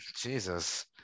Jesus